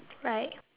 right